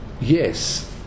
yes